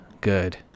good